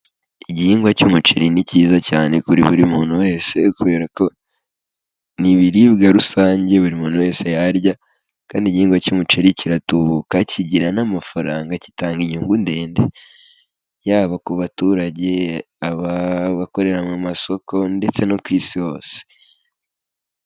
Igihingwa cy'umuceri ni cyiza cyane kuri buri muntu wese kubera ko ni ibiribwa rusange buri muntu wese yarya kandi igihingwa cy'umuceri kiratubuka, kigira n'amafaranga, gitanga inyungu ndende, yaba ku baturage, abakorera mu masoko ndetse no ku Isi hose.